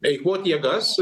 eikvoti jėgas